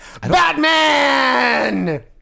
Batman